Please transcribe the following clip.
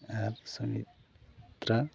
ᱟᱨ Sanitra